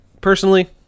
personally